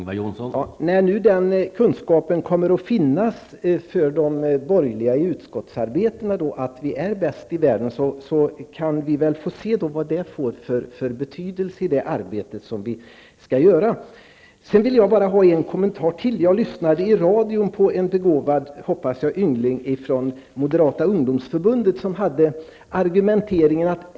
Herr talman! När nu de borgerliga i utskottsarbetet kommer att ha kunskapen att vi är bäst i världen, kan vi se vilken betydelse det får i det arbete som skall utföras. Bara ytterligare en kommentar. Jag lyssnade på radio till en förhoppningsvis begåvad ungdom från moderata ungdomsförbundet, som argumenterade på följande sätt.